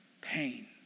pain